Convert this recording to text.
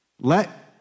Let